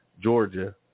Georgia